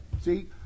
See